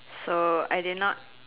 so I did not